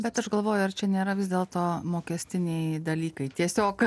bet aš galvoju ar čia nėra vis dėlto mokestiniai dalykai tiesiog